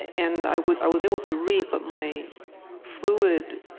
and i was i was able to read, but my fluid,